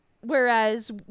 whereas